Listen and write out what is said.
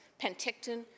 Penticton